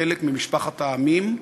חלק ממשפחת העמים,